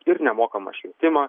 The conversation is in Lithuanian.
ir nemokamą švietimą